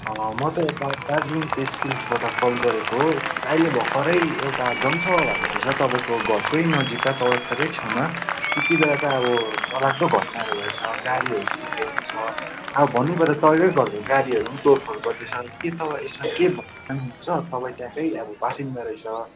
म त यता दार्जिलिङ प्रेसगिल्डबाट कल गरेको हो अहिले भर्खरै एउटा जनसभा भएको थिएछ तपाईँको घरकै नजिकै चौरस्ताकै छेउमा त्यति बेला त अब डर लाग्दो घटनाहरू भएछ गाडीहरू फुटाइदिएछ अब भन्नै पर्दा तपाईँकै घरको गाडीहरू तोड फोड गरिदिएछ के तपाईँ यसलाई के भन्न चाहनु हुन्छ तपाईँ त्यहाँकै अब बासिन्दा रहेछ